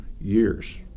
years